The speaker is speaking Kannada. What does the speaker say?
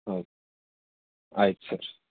ಹೌದು ಆಯ್ತು ಸರ್